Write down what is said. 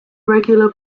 regular